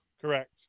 correct